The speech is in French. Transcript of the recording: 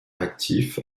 actif